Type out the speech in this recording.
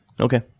Okay